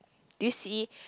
do you see